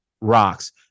rocks